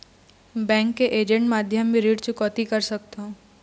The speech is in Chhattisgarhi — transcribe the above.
बैंक के ऐजेंट माध्यम भी ऋण चुकौती कर सकथों?